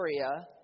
area